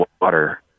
water